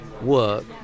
work